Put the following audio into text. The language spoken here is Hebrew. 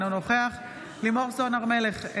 אינו נוכח לימור סון הר מלך,